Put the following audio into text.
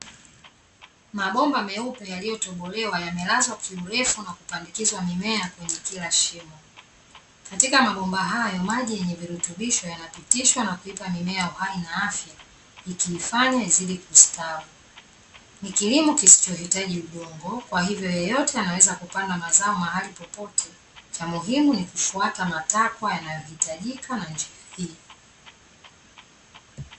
Mabomba meupe yaliyotobolewa yamejazwa kiurefu na kupandizwa mimea kwenye kila shimo. Katika mabomba hayo maji yenye virutubisho yanapitishwa na kuipa mimea uhai na afya ikiifanya izidi kustawi. Ni kilimo kisichohitaji udongo, kwa hivyo yeyote anaweza kupanda mazo mahali popote, cha muhimu, ni kufwata matakwa yanayohitajika na njia hii.